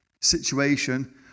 situation